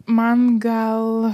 man gal